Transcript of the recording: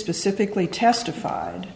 specifically testified